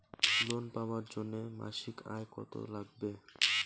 Loan পাবার জন্যে মাসিক আয় কতো লাগবে?